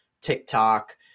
TikTok